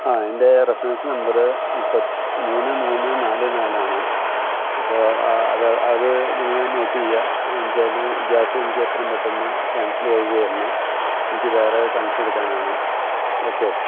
ആ എന്റെ reference number മുപ്പ മൂന്ന് മൂന്ന് നാല് നാലാണ് അപ്പോള് ആ അത് അത് നിങ്ങള് നോട്ടെയ്യാ എന്നുവച്ചാല് ഈ ഗ്യാസ് എനിക്കെത്രയും പെട്ടെന്ന് ക്യാന്സലെയ്ത് തരണം എനിക്ക് വേറെ കണഷന് എടുക്കാനാണ് ഓക്കെ